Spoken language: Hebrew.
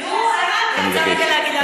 אני רוצה, רגע.